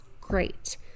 great